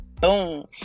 Boom